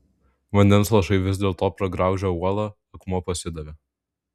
vandens lašai vis dėlto pragraužė uolą akmuo pasidavė